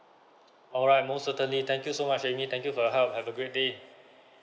alright most certainly thank you so much amy thank you for your help have a great day